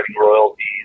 royalties